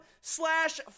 slash